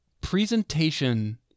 presentation